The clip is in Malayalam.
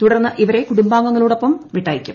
തുടർന്ന് ഇവരെ കുടുംബാംഗങ്ങളോടൊപ്പം വിട്ടയക്കും